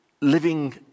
living